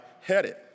headed